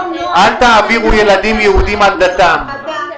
אל תעבירו ילדים יהודים על דתם.